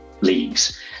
leagues